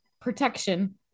protection